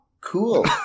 Cool